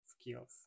Skills